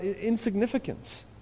insignificance